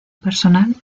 personal